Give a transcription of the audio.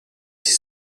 sich